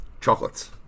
chocolates